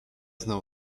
znał